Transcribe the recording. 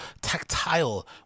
Tactile